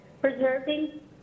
preserving